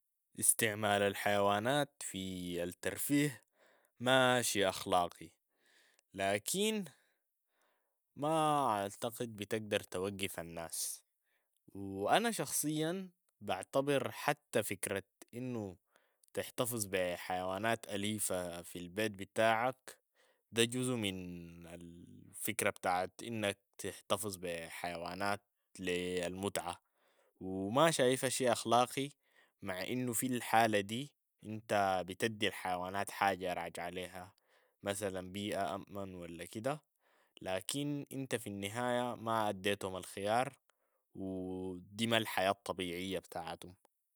استعمال الحيوانات في الترفيه ما شي أخلاقي، لكن ما أعتقد بتقدر توقف الناس و أنا شخصياً بعتبر حتى فكرة إنو تحتفظ بحيوانات أليفة في البيت بتاعك ده جزء من ال- فكرة بتاعت إنك تحتفظ بحيوانات لي المتعة و ما شايفة شي أخلاقي مع انو في الحالة دي انت بتدي الحيوانات حاجة راجة ليها، مثلا بيئة اامن من ولا كده، لكن انت في النهاية ما اديتهم الخيار و دي ما الحياة الطبيعية بتاعتهم.